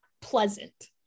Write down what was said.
pleasant